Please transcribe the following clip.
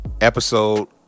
Episode